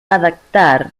adaptar